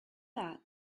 that